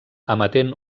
emetent